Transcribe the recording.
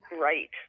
right